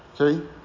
Okay